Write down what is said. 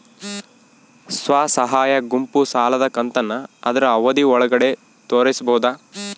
ಸ್ವಸಹಾಯ ಗುಂಪು ಸಾಲದ ಕಂತನ್ನ ಆದ್ರ ಅವಧಿ ಒಳ್ಗಡೆ ತೇರಿಸಬೋದ?